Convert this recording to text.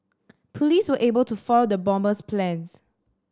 police were able to foil the bomber's plans